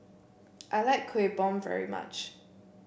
I like Kuih Bom very much